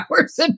hours